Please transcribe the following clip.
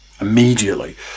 Immediately